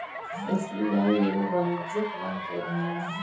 SBI एगो वाणिज्यिक bank के उदाहरण हइ